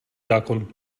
zákon